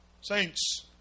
Saints